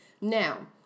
Now